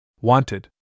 Wanted